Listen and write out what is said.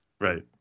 Right